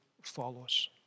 follows